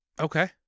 Okay